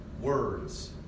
words